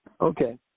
Okay